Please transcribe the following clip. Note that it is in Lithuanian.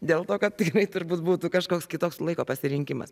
dėl to kad tikrai turbūt būtų kažkoks kitoks laiko pasirinkimas